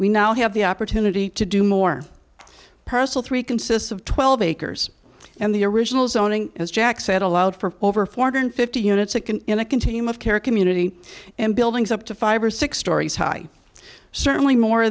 we now have the opportunity to do more personal three consists of twelve acres and the original zoning as jack said allowed for over four hundred and fifty units in a continuum of care a community and buildings up to five or six storeys high certainly more